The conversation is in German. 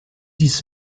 dies